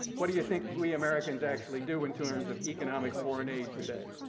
what do you think we americans actually do in terms of economic foreign aid today?